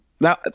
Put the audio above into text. Now